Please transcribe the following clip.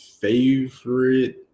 favorite